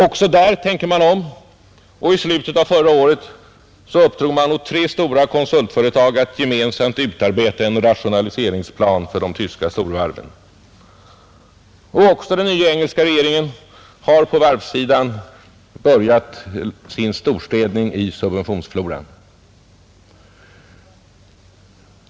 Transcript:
Även där tänker man om, och i slutet av förra året uppdrog man åt tre stora konsultföretag att gemensamt utarbeta en rationaliseringsplan för de tyska storvarven. Också den nya engelska regeringen har på varvssidan börjat sin storstädning i subventionsfloran.